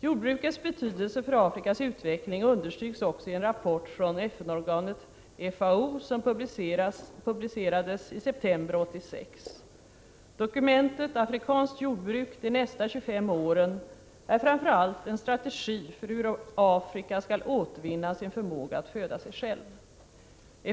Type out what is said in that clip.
Jordbrukets betydelse för Afrikas utveckling understryks också i en rapport från FN-organet FAO som publicerades i september 1986. Dokumentet ”Afrikanskt jordbruk — de nästa 25 åren” är framför allt en strategi för hur Afrika skall återvinna sin förmåga att föda sig självt.